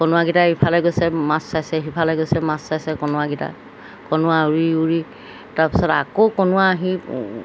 কনুৱাকেইটাই ইফালে গৈছে মাছ চাইছে সিফালে গৈছে মাছ চাইছে কনুৱাকেইটা কনুৱা উৰি উৰি তাৰপিছত আকৌ কনুৱা আহি